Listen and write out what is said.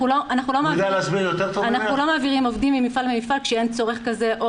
אנחנו לא מעבירים עובדים ממפעל למפעל כשאין צורך כזה או